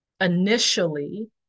initially